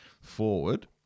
forward